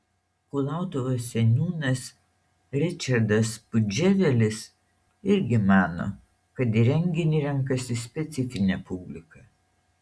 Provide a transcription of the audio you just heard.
kulautuvos seniūnas ričardas pudževelis irgi mano kad į renginį renkasi specifinė publika